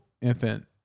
infant